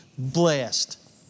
blessed